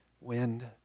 wind